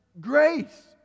grace